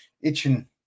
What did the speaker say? itching